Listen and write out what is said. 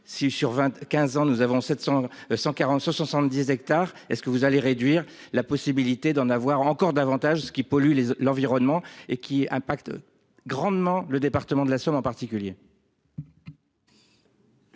si sur 20 15 ans, nous avons 700, 140 70 hectares. Est-ce que vous allez réduire la possibilité d'en avoir encore davantage ceux qui polluent les l'environnement et qui impacte. Grandement le département de la Somme en particulier.